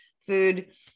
food